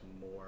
more